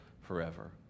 forever